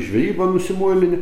žvejybą nusimuilini